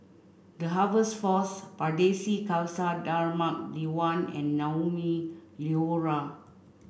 the Harvest Force Pardesi Khalsa Dharmak Diwan and Naumi Liora